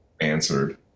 answered